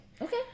Okay